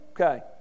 Okay